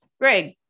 greg